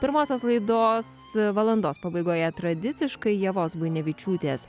pirmosios laidos valandos pabaigoje tradiciškai ievos bunevičiūtės